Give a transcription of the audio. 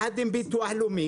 ביחד עם אנשי הביטוח הלאומי,